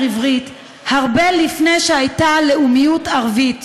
עברית הרבה לפני שהייתה לאומיות ערבית,